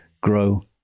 grow